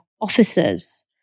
officers